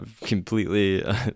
completely